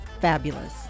fabulous